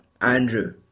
Andrew